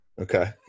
Okay